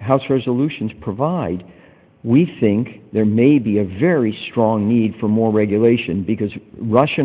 house resolutions provide we think there may be a very strong need for more regulation because russia